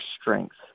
strength